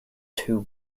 two